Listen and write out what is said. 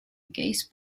gaze